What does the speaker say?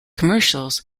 commercials